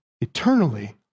eternally